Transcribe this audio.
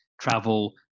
Travel